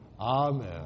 Amen